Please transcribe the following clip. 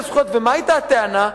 זכויות, ומה היתה הטענה?